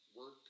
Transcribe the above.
work